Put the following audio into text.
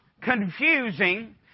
confusing